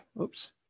Oops